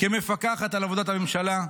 כמפקחת על עבודת הממשלה.